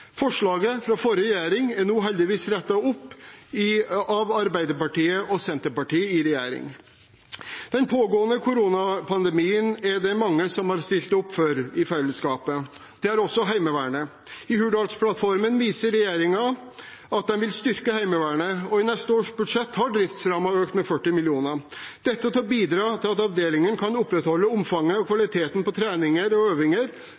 Forslaget fra forrige regjering er nå heldigvis rettet opp av Arbeiderpartiet og Senterpartiet i regjering. Under den pågående koronapandemien er det mange som har stilt opp for fellesskapet. Det har også Heimevernet. I Hurdalsplattformen viser regjeringen at de vil styrke Heimevernet, og i neste års budsjett har driftsrammen økt med 40 mill. kr. Dette bidrar til at avdelinger kan opprettholde omfanget av og kvaliteten på treninger og øvinger,